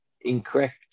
incorrect